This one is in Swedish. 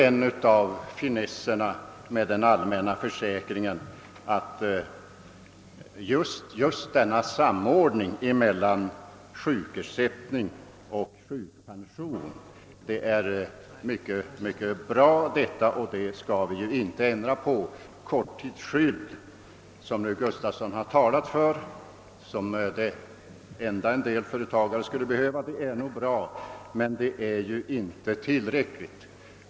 En av finesserna i den allmänna försäkringen är just samordningen mellan sjukersättning och sjukpension. Det är ett mycket bra system som vi inte skall ändra på. son i Alvesta här talade om som det enda skydd en del företagare behövde, är nog bra men det är inte tillräckligt.